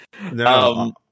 no